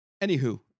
Anywho